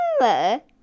remember